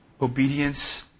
obedience